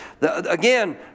Again